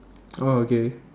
oh okay